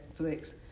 Netflix